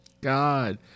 god